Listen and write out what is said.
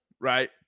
Right